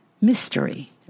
Mystery